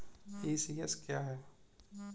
ECS क्या है?